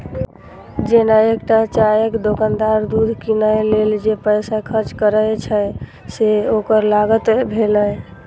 जेना एकटा चायक दोकानदार दूध कीनै लेल जे पैसा खर्च करै छै, से ओकर लागत भेलै